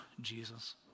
Jesus